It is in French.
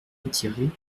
retirer